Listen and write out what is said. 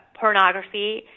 pornography